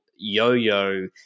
yo-yo